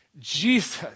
Jesus